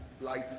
light